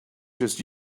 just